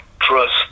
trust